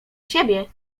siebie